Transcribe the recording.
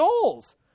goals